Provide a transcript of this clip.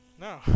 No